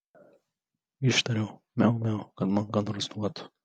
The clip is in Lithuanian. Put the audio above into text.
ištariau miau miau kad man ką nors duotų